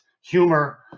Humor